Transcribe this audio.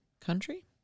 country